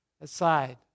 aside